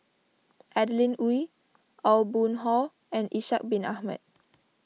Adeline Ooi Aw Boon Haw and Ishak Bin Ahmad